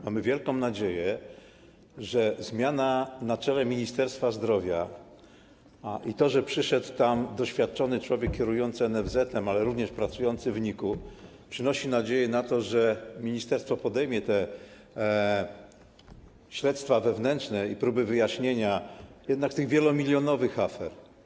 Mamy wielką nadzieję, że zmiana na czele Ministerstwa Zdrowia i to, że przyszedł tam doświadczony człowiek kierujący NFZ, ale również pracujący w NIK-u, przyczyni się do tego, że ministerstwo podejmie te śledztwa wewnętrzne i próby wyjaśnienia jednak tych wielomilionowych afer.